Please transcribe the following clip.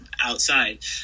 outside